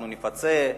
אנחנו נפצה.